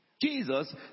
Jesus